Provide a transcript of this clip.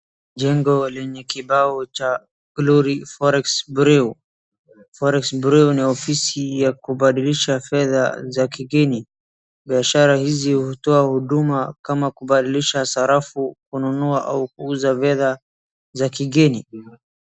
Jengo lenye kibao cha glory forex bureau . Forex bureau ni ofisi ya kubadilisha fedha za kigeni. Biashara hizi hutoa huduma kama kubadilisha sarafu, kununua au kuuza fedha za kigeni.